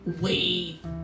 wait